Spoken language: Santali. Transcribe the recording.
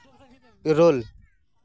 ᱤᱨᱟᱹᱞ